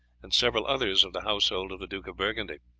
and several others of the household of the duke of burgundy.